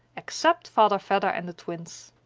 except father vedder and the twins!